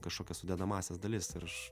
kažkokias sudedamąsias dalis ir aš